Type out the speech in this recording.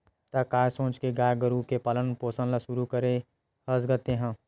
त काय सोच के गाय गरु के पालन पोसन ल शुरू करे हस गा तेंहा?